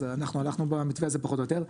אז אנחנו הלכנו במתווה הזה, פחות או יותר.